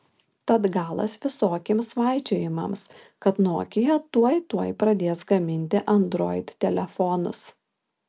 tad galas visokiems svaičiojimams kad nokia tuoj tuoj pradės gaminti android telefonus